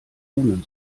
runen